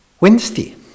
Wednesday